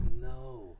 No